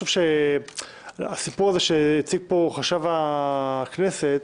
הסיפור שהציג פה חשב הכנסת